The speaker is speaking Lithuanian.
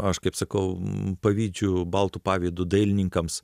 aš kaip sakau jums pavydžiu baltu pavydu dailininkams